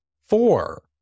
four